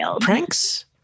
pranks